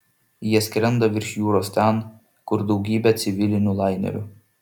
jie skrenda virš jūros ten kur daugybė civilinių lainerių